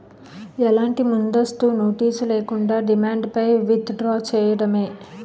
ఎలాంటి ముందస్తు నోటీస్ లేకుండా, డిమాండ్ పై విత్ డ్రా చేయడమే